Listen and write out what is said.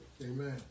Amen